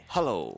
Hello